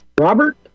Robert